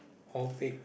or bake